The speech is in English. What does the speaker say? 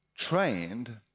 Trained